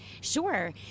Sure